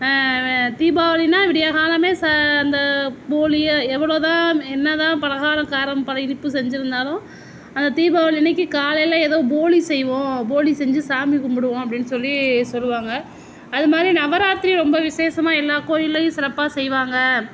தீபாவளினால் விடியற்காலமே அந்த போளி எவ்வளோ தான் என்ன தான் பலகாரம் காரம் பல இனிப்பு செஞ்சுருந்தாலும் அந்த தீபாவளி அன்னிக்கி காலையில் எதோ போளி செய்வோம் போளி செஞ்சு சாமி கும்பிடுவோம் அப்படின் சொல்லி சொல்லுவாங்க அது மாதிரி நவராத்திரி ரொம்ப விசேஷமாக எல்லா கோயில்லேயும் சிறப்பாக செய்வாங்க